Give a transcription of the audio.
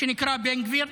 שנקרא בן גביר,